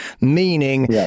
meaning